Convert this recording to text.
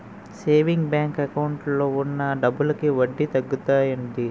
saving bank account లో ఉన్న డబ్బులకి వడ్డీ తక్కువత్తాది